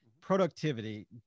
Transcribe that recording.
productivity